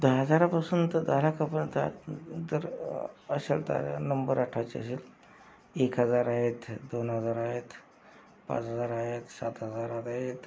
दहा हजारापासून तर तर अशा ताऱ्या नंबर आठवायचे असेल एक हजार आहेत दोन हजार आहेत पाच हजार आहेत सात हजार आहेत